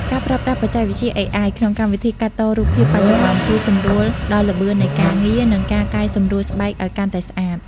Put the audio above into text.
ការប្រើប្រាស់បច្ចេកវិទ្យា AI ក្នុងកម្មវិធីកាត់តរូបភាពបច្ចុប្បន្ន ជួយសម្រួលដល់ល្បឿននៃការងារ និងការកែសម្រួលស្បែកឱ្យកាន់តែស្អាត។